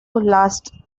last